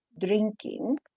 drinking